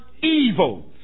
Evil